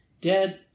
Dad